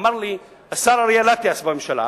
אמר לי השר אריאל אטיאס בממשלה: